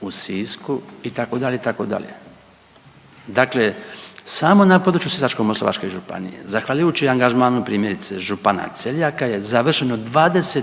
u Sisku itd., itd. Dakle samo na području Sisačko-moslavačke županije, zahvaljujući angažmanu primjerice župana Celjaka je završeno 20